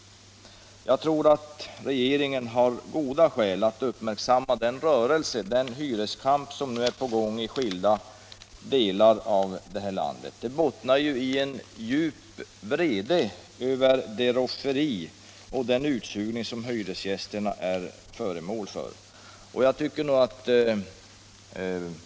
Jag tror att regeringen har goda skäl att uppmärksamma den rörelse, den hyreskampanj som är på gång i skilda delar av landet. Den bottnar i en djup vrede över det rofferi och den utsugning som hyresgästerna blivit föremål för.